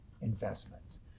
investments